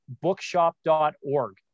bookshop.org